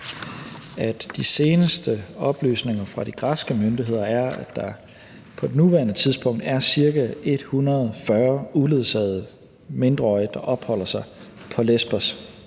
at de seneste oplysninger fra de græske myndigheder går ud på, at der på nuværende tidspunkt er ca. 140 uledsagede mindreårige, der opholder sig på Lesbos.